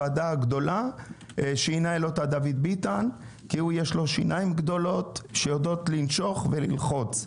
כי יש לו שיניים גדולות שיודעות לנשוך וללחוץ.